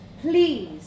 Please